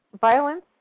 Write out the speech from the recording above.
violence